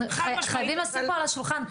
אנחנו חייבים לשים פה על השולחן,